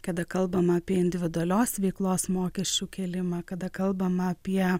kada kalbama apie individualios veiklos mokesčių kėlimą kada kalbama apie